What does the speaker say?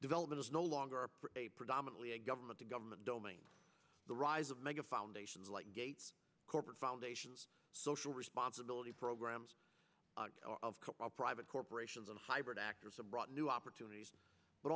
development is no longer a predominately a government a government domain the rise of mega foundations like gates corporate foundations social responsibility programs of private corporations and hybrid actors a broad new opportunities but